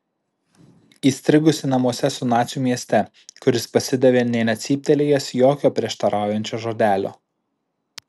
įstrigusi namuose su naciu mieste kuris pasidavė nė necyptelėjęs jokio prieštaraujančio žodelio